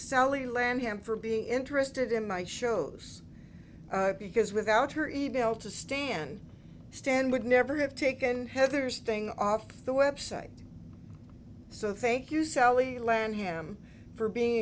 sally lam him for being interested in my shows because without her email to stand stand would never have taken heather's thing off the website so thank you sally learn him for being